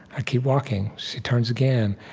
i keep walking. she turns again,